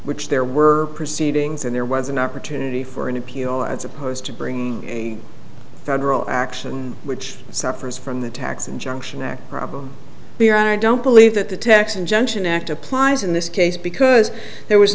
which there were proceedings and there was an opportunity for an appeal as opposed to bringing federal action which suffers from the tax injunction act problem here i don't believe that the texan gentian act applies in this case because there was